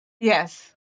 Yes